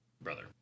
brother